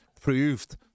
proved